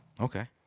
Okay